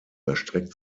erstreckt